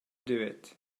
duet